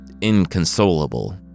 inconsolable